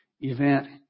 event